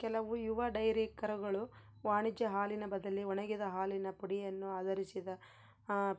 ಕೆಲವು ಯುವ ಡೈರಿ ಕರುಗಳು ವಾಣಿಜ್ಯ ಹಾಲಿನ ಬದಲಿ ಒಣಗಿದ ಹಾಲಿನ ಪುಡಿಯನ್ನು ಆಧರಿಸಿದ